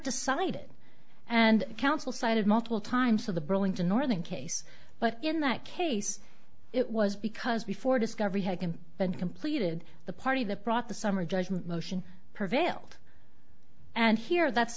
decided and counsel cited multiple times of the burlington northern case but in that case it was because before discovery had him been completed the party that brought the summary judgment motion prevailed and here that's